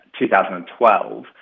2012